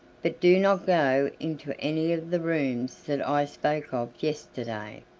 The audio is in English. but do not go into any of the rooms that i spoke of yesterday,